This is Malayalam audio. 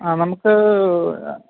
ആ നമുക്ക്